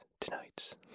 tonight's